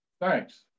Thanks